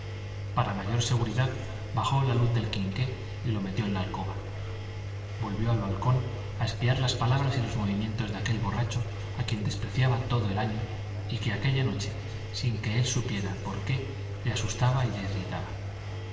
para mayor seguridad bajó la luz del quinqué y lo metió en la alcoba volvió al balcón a espiar las palabras y los movimientos de aquel borracho a quien despreciaba todo el año y que aquella noche sin que él supiera por qué le asustaba y le irritaba